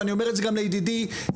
ואני אומר את זה גם לידידי יבגני,